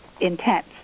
intense